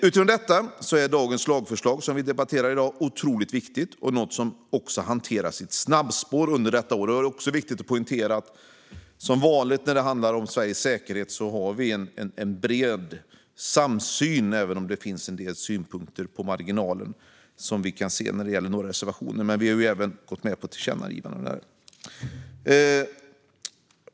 Utifrån detta är det lagförslag som vi debatterar i dag och som hanteras i ett snabbspår under detta år otroligt viktigt. Det är viktigt att poängtera att vi som vanligt när det handlar om Sveriges säkerhet har en bred samsyn, även om det finns en del synpunkter på marginalen. Det kan vi se i några av reservationerna. Men vi är även med på ett tillkännagivande där.